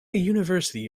university